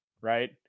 right